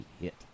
hit